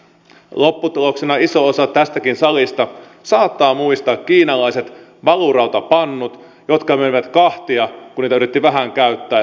lopputuloksena olivat iso osa tästäkin salista saattaa muistaa kiinalaiset valurautapannut jotka menivät kahtia kun niitä yritti vähän käyttää ja tuli pieni kolhu